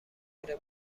غیر